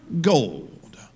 gold